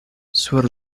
sur